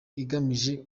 igamije